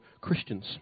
Christians